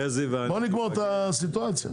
נגמור את המצב.